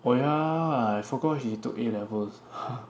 oh yeah I forgot he took A levels